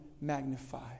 magnify